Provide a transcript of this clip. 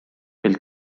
mil